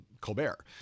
Colbert